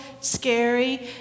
scary